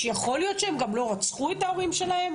שיכול להיות שהם גם לא רצחו את ההורים שלהם?